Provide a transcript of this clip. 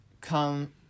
come